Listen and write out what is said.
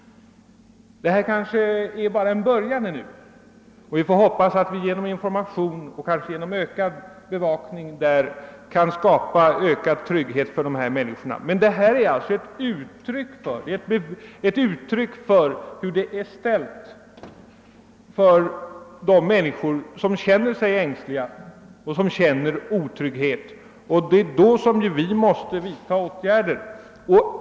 Det här är kanske bara en början. Vi får hoppas att vi genom information och genom en ökad bevakning kan skapå större trygghet för människorna. Detta är alltså ett vittnesbörd om situationen för de människor som är ängsliga och som känner otrygghet. Vi måste vidta åtgärder.